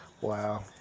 Wow